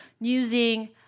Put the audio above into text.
using